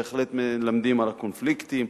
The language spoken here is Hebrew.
בהחלט מלמדים על הקונפליקטים.